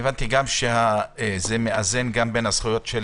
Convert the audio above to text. הבנתי שזה גם מאזן בין הזכויות של